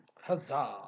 Huzzah